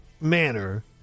manner